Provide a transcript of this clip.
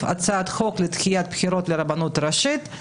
הצעת חוק לדחיית בחירות לרבנות הראשית.